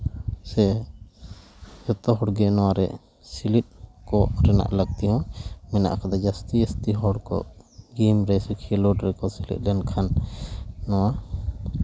ᱥᱮ ᱡᱚᱛᱚ ᱦᱚᱲᱜᱮ ᱱᱚᱣᱟᱨᱮ ᱥᱞᱤᱯ ᱠᱚ ᱨᱮᱱᱟᱜ ᱞᱟᱹᱠᱛᱤ ᱦᱚᱸ ᱢᱮᱱᱟᱜ ᱠᱟᱫᱟ ᱡᱟᱹᱥᱛᱤ ᱡᱟᱹᱥᱛᱤ ᱦᱚᱲ ᱠᱚ ᱜᱮᱢ ᱨᱮᱠᱚ ᱥᱮ ᱠᱷᱮᱞᱳᱰ ᱨᱮᱠᱚ ᱥᱮᱞᱮᱫ ᱞᱮᱱᱠᱷᱟᱱ ᱱᱚᱣᱟ